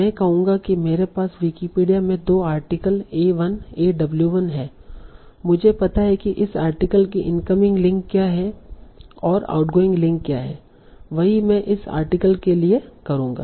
मैं कहूंगा कि मेरे पास विकिपीडिया में दो आर्टिकल a1 a w 1 है मुझे पता है कि इस आर्टिकल के इनकमिंग लिंक क्या हैं और आउटगोइंग लिंक क्या हैं वही मैं इस आर्टिकल के लिए करूंगा